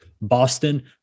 Boston